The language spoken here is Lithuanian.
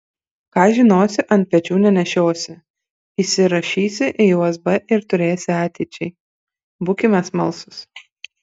ką žinosi ant pečių nenešiosi įsirašysi į usb ir turėsi ateičiai būkime smalsūs